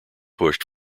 pushed